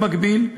במקביל,